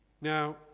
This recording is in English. Now